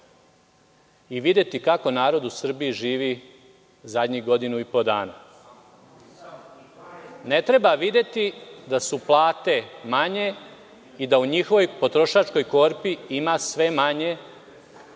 i videti kako narod u Srbiji živi zadnjih godinu i po dana i videti da su plate manje i da u njihovoj potrošačkoj korpi ima sve manje. Ne